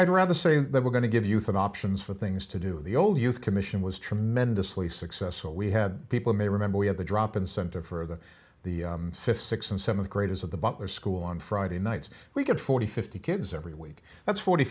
i'd rather say that we're going to give youth and options for things to do the old use commission was tremendously successful we had people may remember we had the drop in center for the the fifth sixth and seventh graders at the butler school on friday nights we get forty fifty kids every week that's forty